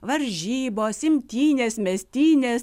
varžybos imtynės mestynės